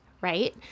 right